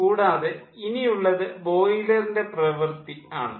കൂടാതെ ഇനിയുള്ളത് ബോയിലറിൻ്റെ പ്രവൃത്തി ആണ്